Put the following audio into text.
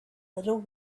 little